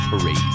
parade